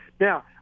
Now